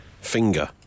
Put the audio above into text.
Finger